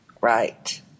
Right